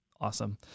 Awesome